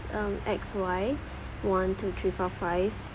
um X Y one two three four five